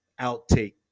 outtake